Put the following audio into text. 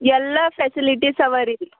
ಎಲ್ಲ ಫೆಸಿಲಿಟೀಸ್ ಅವಾರಿ